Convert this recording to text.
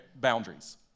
boundaries